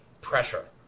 pressure